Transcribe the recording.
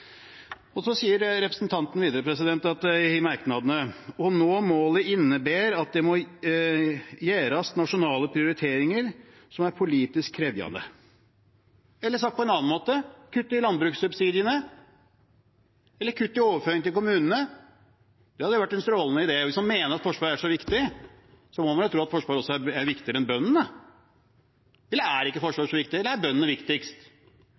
Representanten skriver i merknadene: «Å nå målet inneber at det må gjerast nasjonale prioriteringar som er politisk krevjande.» Sagt på en annen måte: kutt i landbrukssubsidiene eller kutt i overføringer til kommunene. Det hadde vært en strålende idé. Hvis man mener at Forsvaret er så viktig, må man jo tro at Forsvaret er viktigere enn bøndene! Eller er ikke Forsvaret så viktig? Er bøndene viktigst?